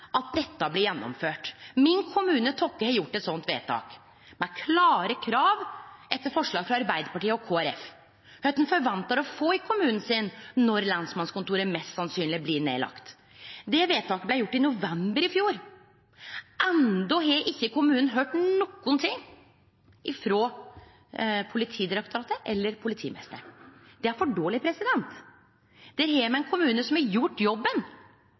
at dette blir gjennomført. Min kommune, Tokke, har gjort eit slikt vedtak – etter forslag frå Arbeidarpartiet og Kristeleg Folkeparti – med klare krav om kva ein forventar å få i kommunen sin når lensmannskontoret mest sannsynleg blir nedlagt. Det vedtaket blei gjort i november i fjor. Enno har ikkje kommunen høyrt noko frå Politidirektoratet eller politimeisteren. Det er for dårleg. Her har me ein kommune som har gjort jobben,